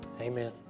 amen